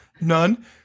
None